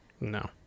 No